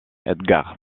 edgar